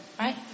right